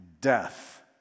death